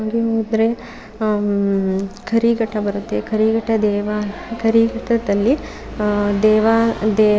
ಹಾಗೇ ಹೋದರೆ ಕರಿಘಟ್ಟ ಬರುತ್ತೆ ಕರಿಘಟ್ಟ ದೇವಾ ಕರಿಘಟ್ಟದಲ್ಲಿ ದೇವಾ ದೆ